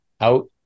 Out